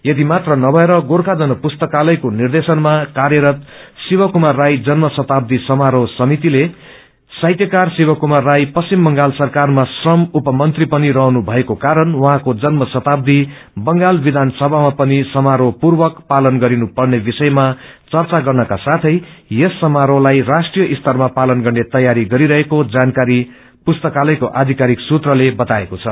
यति मात्र नभएर गोर्खा जन पुस्तकालयको निर्देयशनमा कार्यरत शिवकुमार राई जन्म शताब्दी समारोह समितिले साहित्यकार शिवकुकमार राई पश्चिम बंगाल सरकारमा श्रम उपमंत्री पनि रहनु भएको कारण उझँको जन्म शताब्दी बंगाल विधानसभामा पनि सामारोहपूर्वक पलन गरिनुपर्ने विषयमा चर्चा गर्नुद्य साथै यस समारोहताई राष्टिय स्तरमा पालन गर्ने तयारी गरिरहेको जानकारी पुस्ताकालयको आधिकारिक सूत्रले बताएको छ